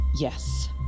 Yes